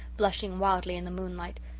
blushing wildly in the moonlight,